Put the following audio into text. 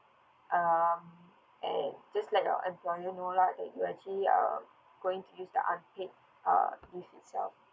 um and just let your employer know lah that you actually um going to use the unpaid uh leave itself